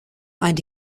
and